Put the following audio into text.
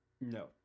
No